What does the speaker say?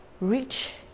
Rich